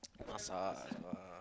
ask ah ask ah